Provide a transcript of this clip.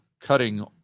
cutting